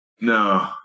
no